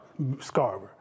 Scarver